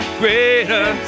greater